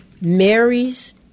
Mary's